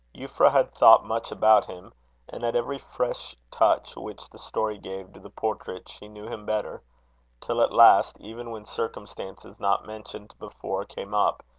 euphra had thought much about him and at every fresh touch which the story gave to the portrait, she knew him better till at last, even when circumstances not mentioned before came up,